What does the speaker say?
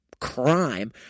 crime